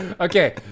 Okay